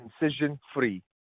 incision-free